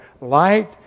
light